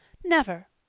never!